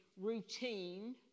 routine